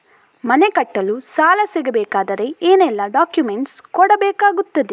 ಮನೆ ಕಟ್ಟಲು ಸಾಲ ಸಿಗಬೇಕಾದರೆ ಏನೆಲ್ಲಾ ಡಾಕ್ಯುಮೆಂಟ್ಸ್ ಕೊಡಬೇಕಾಗುತ್ತದೆ?